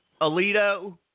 Alito